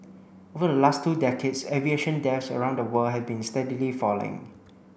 over the last two decades aviation deaths around the world have been steadily falling